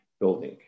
building